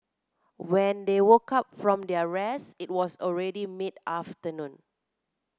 when they woke up from their rest it was already mid afternoon